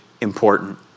important